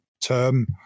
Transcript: term